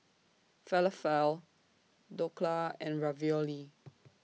Falafel Dhokla and Ravioli